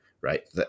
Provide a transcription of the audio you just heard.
right